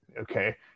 Okay